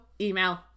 email